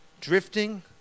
drifting